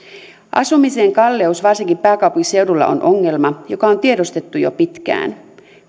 asumisen kalleus varsinkin pääkaupunkiseudulla on ongelma joka on tiedostettu jo pitkään